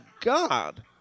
God